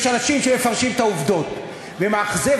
יש אנשים שמפרשים את העובדות, ומאכזב.